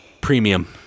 Premium